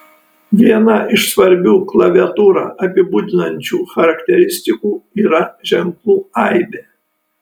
viena iš svarbių klaviatūrą apibūdinančių charakteristikų yra ženklų aibė